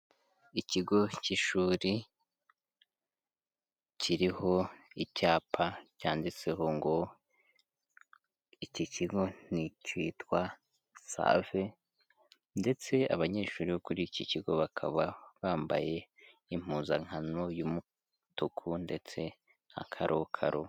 Ikigo cy'ishuri kiriho icyapa cyanditseho ngo iki kigo ni icyitwa Save ndetse abanyeshuri bo kuri iki kigo bakaba bambaye impuzankano y'umutuku ndetse n'akarokaro.